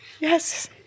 Yes